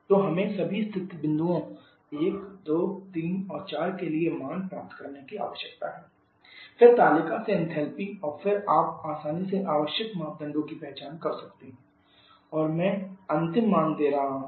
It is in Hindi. तो हमें सभी स्थिति बिंदुओं 1 2 3 और 4 के लिए मान प्राप्त करने की आवश्यकता है फिर तालिका से एंथैल्पी और फिर आप आसानी से आवश्यक मापदंडों की पहचान कर सकते हैं और मैं अंतिम मान दे रहा हूं